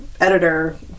editor